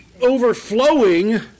overflowing